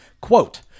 Quote